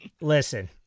listen